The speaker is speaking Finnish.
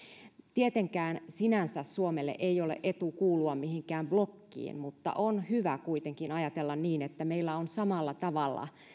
tietenkään sinänsä suomelle ei ole etu kuulua mihinkään blokkiin mutta on hyvä kuitenkin ajatella niin että meillä on samalla tavalla